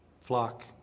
flock